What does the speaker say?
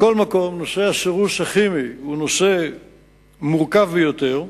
מכל מקום, הסירוס הכימי הוא נושא מורכב ביותר.